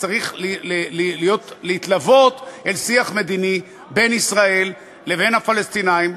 צריך להתלוות אל שיח מדיני בין ישראל לבין הפלסטינים,